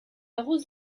arrose